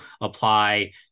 apply